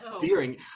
fearing